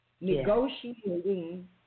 negotiating